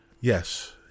Yes